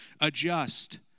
adjust